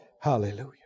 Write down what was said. Hallelujah